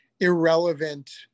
irrelevant